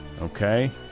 Okay